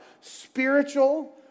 spiritual